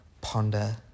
ponder